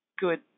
good